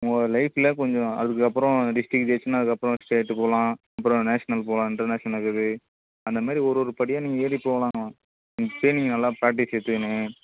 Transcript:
உங்க லைஃபில் கொஞ்சம் அதுக்கப்பறோம் டிஸ்ட்ரிக்ட் ஜெயிச்சுன்னா அதுக்கப்புறம் ஸ்டேட்டு போகலாம் அப்புறம் நேஷனல் போகலாம் இன்டர்நேஷ்னல் இருக்குது அந்தமாரி ஒரு ஒரு படியாக நீங்கள் ஏறி போவலாம் இப்போயே நீங்கள் நல்லா பிராக்ட்டிஸ் எடுத்துக்கின்னு